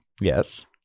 Yes